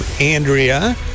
Andrea